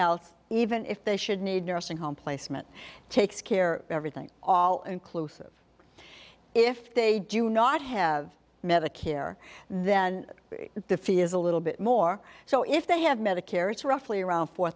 else even if they should need nursing home placement takes care of everything all inclusive if they do not have medicare then the fee is a little bit more so if they have medicare it's roughly around four